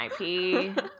IP